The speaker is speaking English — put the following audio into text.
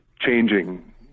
changing